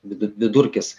vidu vidurkis